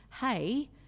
hey